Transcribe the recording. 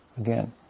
again